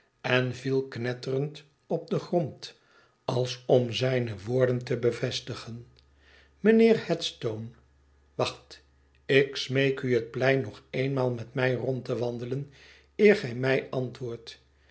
en viel knetterend op den grond als om zijne woorden te bevestigen mijnheer headstone wacht ik smeek u het plein nog eenmaal met mij rond te wandelen eer gij mij antwoordt